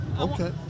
Okay